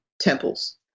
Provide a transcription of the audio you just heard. temples